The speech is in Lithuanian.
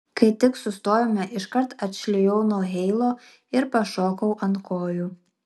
kai tik sustojome iškart atšlijau nuo heilo ir pašokau ant kojų